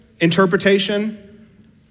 interpretation